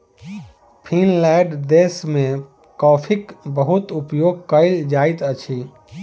Finland देश में कॉफ़ीक बहुत उपयोग कयल जाइत अछि